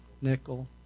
Nickel